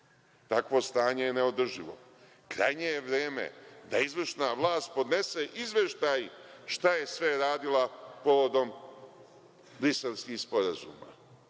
Takvo stanje je neodrživo. Krajnje je vreme da izvršna vlast podnese izveštaj šta je sve radila povodom briselskih sporazuma